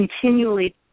continually